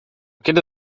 kiedy